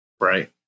right